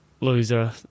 loser